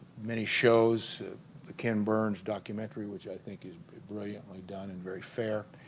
many shows the ken burns documentary which i think is brilliantly done and very fair